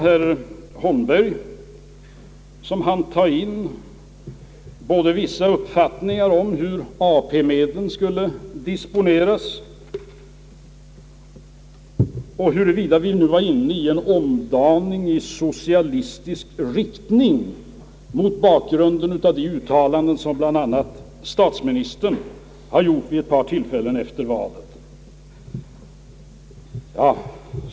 Herr Holmberg hann komma in på frågan hur AP-medlen skall disponeras och huruvida vi nu är inne i en omdaning i socialistisk riktning, detta mot bakgrunden av de uttalanden som bl.a. statsministern har gjort vid ett par tillfällen efter valet.